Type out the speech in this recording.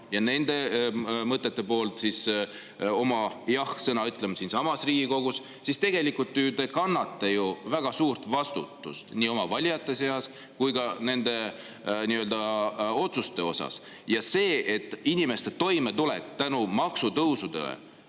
ja nende mõtete poolt oma jah-sõna ütlema siinsamas Riigikogus, siis tegelikult te kannate ju väga suurt vastutust nii oma valijate ees kui ka nende otsuste osas. See, et inimeste toimetulek maksutõusude